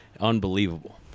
Unbelievable